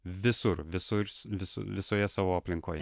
visur visur visu visoje savo aplinkoje